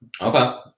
Okay